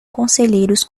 conselheiros